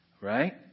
right